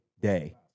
day